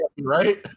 right